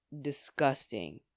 disgusting